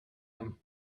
him